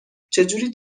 چجوری